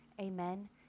Amen